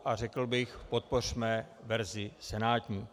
A řekl bych, podpořme verzi senátní.